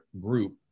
group